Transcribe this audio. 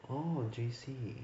orh J_C